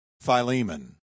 Philemon